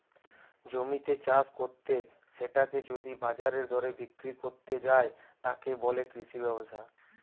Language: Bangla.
জমিতে চাষ কত্তে সেটাকে যদি বাজারের দরে বিক্রি কত্তে যায়, তাকে বলে কৃষি ব্যবসা